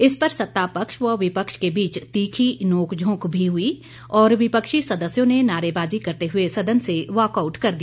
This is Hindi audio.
इस पर सत्ता पक्ष व विपक्ष के बीच तीखी नोक झोंक भी हुई और विपक्षी सदस्यों ने नारेबाजी करते हुए संदन से वॉकआउट कर दिया